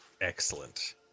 Excellent